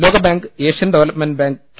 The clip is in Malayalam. ലോക bank Asian development bank K